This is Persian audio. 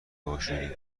باشعوری